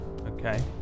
Okay